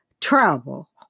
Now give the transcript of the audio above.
travel